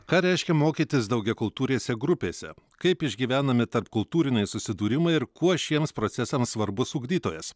ką reiškia mokytis daugiakultūrėse grupėse kaip išgyvenami tarpkultūriniai susidūrimai ir kuo šiems procesams svarbus ugdytojas